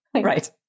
Right